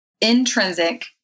intrinsic